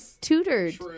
tutored